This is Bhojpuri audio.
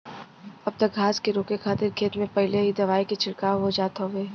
अब त घास के रोके खातिर खेत में पहिले ही दवाई के छिड़काव हो जात हउवे